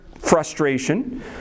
Frustration